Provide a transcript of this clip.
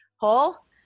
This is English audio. Hall